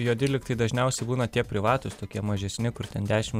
juodi lygtai dažniausiai būna tie privatūs tokie mažesni kur ten dešim